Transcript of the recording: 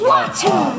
Water